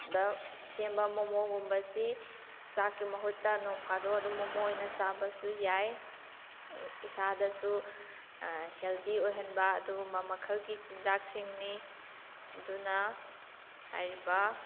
ꯗ ꯁꯦꯝꯕ ꯃꯣꯃꯣꯒꯨꯝꯕꯁꯤ ꯆꯥꯛꯀꯤ ꯃꯍꯨꯠꯇ ꯅꯣꯡꯐꯥꯗꯣꯛ ꯑꯗꯨꯝ ꯃꯣꯃꯣ ꯑꯣꯏꯅ ꯆꯥꯕꯁꯨ ꯌꯥꯏ ꯏꯁꯥꯗꯁꯨ ꯍꯦꯜꯊꯤ ꯑꯣꯏꯍꯟꯕ ꯑꯗꯨꯒꯨꯝꯕ ꯃꯈꯜꯒꯤ ꯆꯤꯟꯖꯥꯛꯁꯤꯡꯅꯤ ꯑꯗꯨꯅ ꯍꯥꯏꯔꯤꯕ